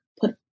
put